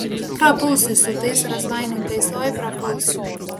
prapuls jis su tais razbaininkais oi prapuls